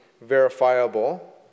verifiable